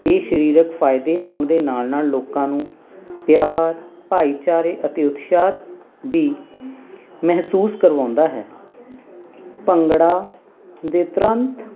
ਇਹ ਸਰੀਰਕ ਫਾਇਦੇ ਹੋਣ ਦੇ ਨਾਲ ਨਾਲ ਲੋਕਾਂ ਨੂੰ ਪਿਆਰ ਭਾਈਚਾਰੇ ਅਤੇ ਉਤਸ਼ਾਹ ਦੀ ਮਹਿਸੂਸ ਕਰਵਾਉਂਦਾ ਹੈ ਭੰਗੜਾ ਦੇ ਤੁਰੰਤ